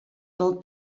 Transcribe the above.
del